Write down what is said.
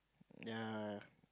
ya